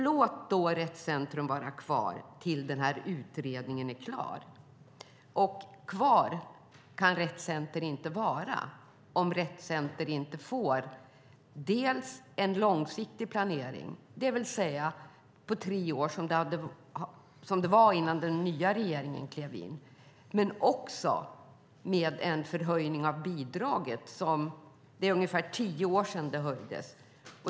Låt Rett Center vara kvar tills denna utredning är klar. Men Rett Center kan inte vara kvar om man inte får en långsiktig planering, det vill säga på tre år som det var innan den nuvarande regeringen klev in, och om man inte får en höjning av bidraget. Det är ungefär tio år sedan bidraget höjdes.